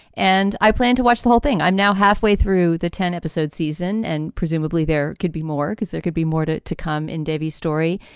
and i plan to watch the whole thing. i'm now halfway through the ten episode season. and presumably there could be more because there could be more to it. to come in dave's story.